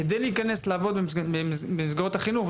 כדי להיכנס לעבוד במסגרות החינוך,